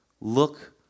Look